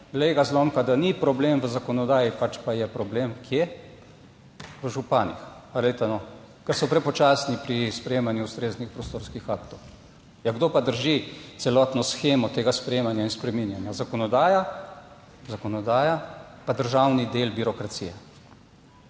glej ga zlomka, da ni problem v zakonodaji, pač pa je problem kje? V županih. Dajte no, ker so prepočasni pri sprejemanju ustreznih prostorskih aktov. Ja, kdo pa drži celotno shemo tega sprejemanja in spreminjanja? Zakonodaja. Zakonodaja, pa državni del birokracije,